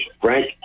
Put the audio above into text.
Frank